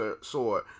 sword